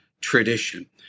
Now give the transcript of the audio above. tradition